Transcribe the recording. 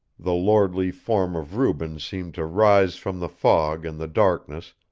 the lordly form of rubens seemed to rise from the fog and the darkness,